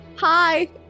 Hi